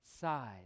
side